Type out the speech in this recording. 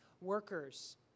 workers